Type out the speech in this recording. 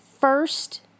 first